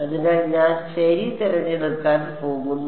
അതിനാൽ ഞാൻ ശരി തിരഞ്ഞെടുക്കാൻ പോകുന്നു